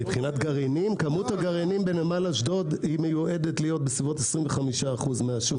כמות הגרעינים בנמל אשדוד מיועדת להיות כ-25% מהשוק.